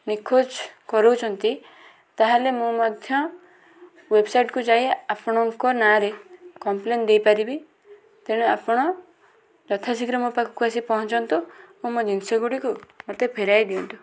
ନିଖୋଜ କରାଉଛନ୍ତି ତା'ହେଲେ ମୁଁ ମଧ୍ୟ ୱେବ୍ସାଇଟ୍କୁ ଯାଇ ଆପଣଙ୍କ ନାଁରେ କମ୍ପ୍ଲେନ୍ ଦେଇ ପାରିବି ତେଣୁ ଆପଣ ଯଥାଶୀଘ୍ର ମୋ ପାଖକୁ ଆସି ପହଞ୍ଚନ୍ତୁ ମୁଁ ମୋ ଜିନିଷଗୁଡ଼ିକୁ ମୋତେ ଫେରାଇ ଦିଅନ୍ତୁ